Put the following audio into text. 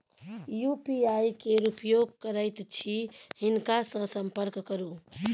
UPI केर उपयोग करैत छी हिनका सँ संपर्क करु